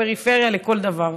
פריפריה לכל דבר.